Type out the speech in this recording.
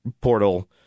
portal